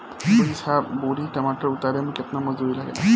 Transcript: बीस बोरी टमाटर उतारे मे केतना मजदुरी लगेगा?